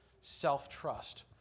self-trust